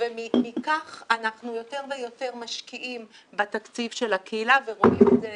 ומכך אנחנו יותר ויותר משקיעים בתקציב של הקהילה ורואים את זה